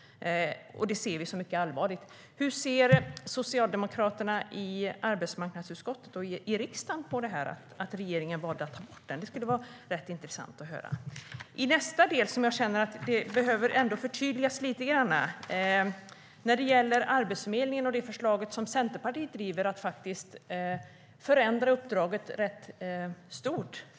Det ser vi som mycket allvarligt. Hur ser socialdemokraterna i arbetsmarknadsutskottet och i riksdagen på att regeringen valde att ta bort detta? Det skulle vara rätt intressant att höra.I nästa del känner jag att det hela behöver förtydligas lite grann. Det gäller Arbetsförmedlingen och det förslag som Centerpartiet driver om att förändra uppdraget rätt stort.